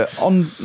on